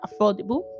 affordable